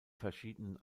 verschiedenen